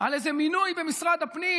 על איזה מינוי במשרד הפנים.